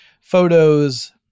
photos